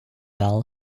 val